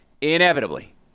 Inevitably